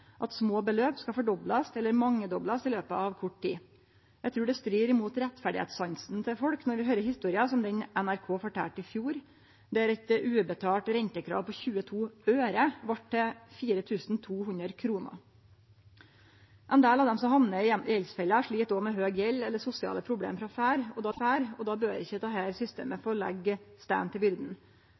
at små beløp skal fordoblast eller mangedoblast i løpet av kort tid. Eg trur det strider mot rettferdssansen til folk når vi høyrer historier som den NRK fortalde i fjor, der eit ubetalt rentekrav på 22 øre vart til 4 200 kr. Ein del av dei som hamnar i gjeldsfella, slit òg med høg gjeld eller sosiale problem frå før, og då bør ikkje dette systemet få leggje stein til